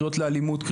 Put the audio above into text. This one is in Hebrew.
קריאות לאלימות,